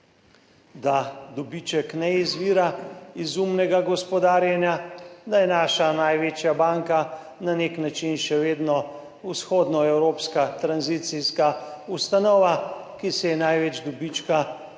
da dobiček ne izvira iz umnega gospodarjenja, da je naša največja banka na nek način še vedno vzhodnoevropska tranzicijska ustanova, ki si je največ dobička ustvarila